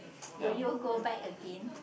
will you go back again